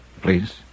Please